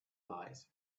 lies